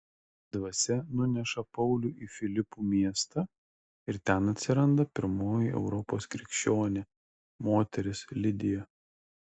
dvasia nuneša paulių į filipų miestą ir ten atsiranda pirmoji europos krikščionė moteris lidija